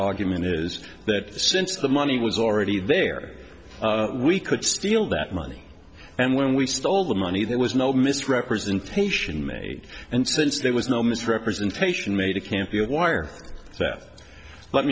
argument is that since the money was already there we could steal that money and when we stole the money there was no misrepresentation made and since there was no misrepresentation made it can't be a